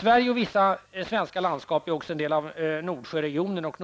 Sverige och vissa svenska landskap är också en del av Nordsjöregionen och